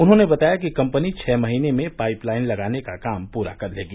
उन्होंने बताया कि कम्पनी छः महीने में पाइप लाइन लगाने का काम पूरा कर लेगी